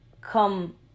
come